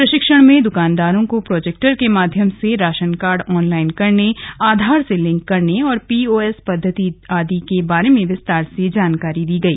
प्रशिक्षण में दुकानदारों को प्रोजेक्टर के माध्यम से राशन कार्ड ऑनलाइन करने आधार से लिंक करने और पीओएस पद्धति आदि के बारे में विस्तार से जानकारी दी गई